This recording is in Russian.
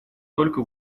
только